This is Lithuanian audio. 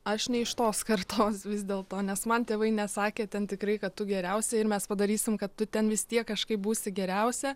aš ne iš tos kartos vis dėl to nes man tėvai nesakė ten tikrai kad tu geriausia ir mes padarysim kad tu ten vis tiek kažkaip būsi geriausia